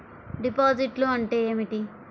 డిపాజిట్లు అంటే ఏమిటి?